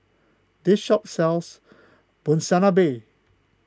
this shop sells Monsunabe